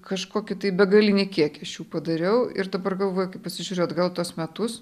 kažkokį tai begalinį kiekį aš jų padariau ir dabar galvoju kai pasižiūriu atgal tuos metus